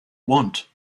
want